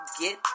Get